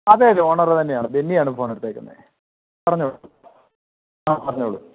അതെ അതെ ഓണറ് തന്നെയാണ് ബെന്നി ആണ് ഫോൺ എടുത്തേക്കുന്നത് പറഞ്ഞോളു ആ പറഞ്ഞോളൂ